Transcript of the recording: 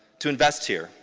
to invest here,